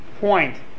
point